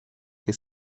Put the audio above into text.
que